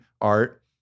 art